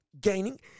gaining